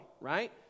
right